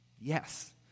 yes